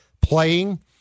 playing